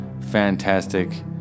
fantastic